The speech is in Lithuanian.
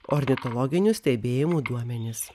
ornitologinių stebėjimų duomenis